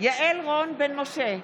יעל רון בן משה,